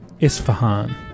Isfahan